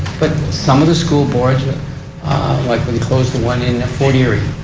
but some of the school boards like when you closed the one in fort erie.